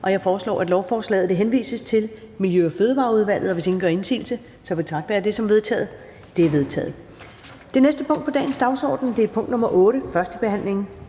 Jeg foreslår, at lovforslaget henvises til Miljø- og Fødevareudvalget, og hvis ingen gør indsigelse, betragter jeg det som vedtaget. Det er vedtaget. --- Det næste punkt på dagsordenen er: 8) 1. behandling